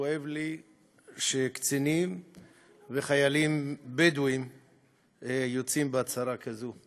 כואב לי שקצינים וחיילים בדואים יוצאים בהצהרה כזאת.